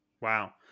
Wow